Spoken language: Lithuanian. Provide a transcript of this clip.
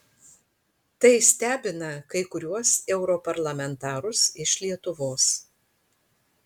tai stebina kai kuriuos europarlamentarus iš lietuvos